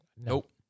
Nope